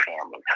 family